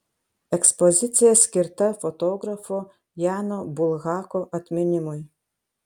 ekspozicija skirta fotografo jano bulhako atminimui